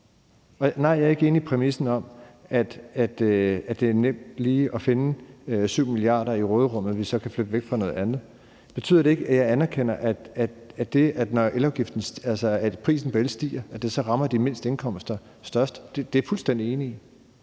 Nej, jeg er ikke enig i præmissen om, at det er nemt lige at finde 7 mia. kr. i råderummet, som vi så kan flytte væk fra noget andet. Betyder det, at jeg ikke anerkender, at når prisen på el stiger, rammer det dem med de mindste indkomster hårdest? Det er jeg fuldstændig enig i